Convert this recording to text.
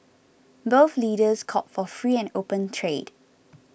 both leaders called for free and open trade